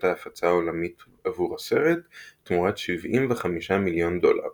ההפצה העולמית עבור סרט תמורת 75 מיליון דולר.